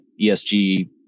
ESG